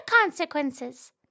consequences